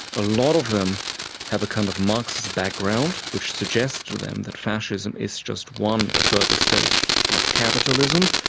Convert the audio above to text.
a lot of them have a kind of marxist background, which suggests to them that fascism is just one further stage of capitalism.